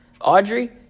Audrey